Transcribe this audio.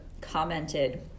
commented